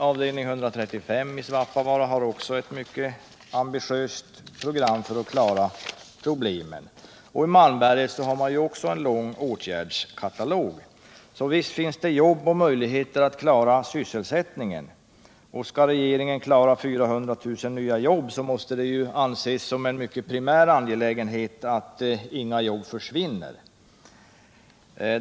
Avdelning 135 i Svappavaara har också ett mycket ambitiöst program för att klara problemen. I Malmberget har man också en lång åtgärdskatalog, så visst finns det jobb och möjligheter att klara sysselsättningen. Och skall regeringen klara 400 000 nya jobb måste det anses som en mycket primär angelägenhet att inga jobb försvinner.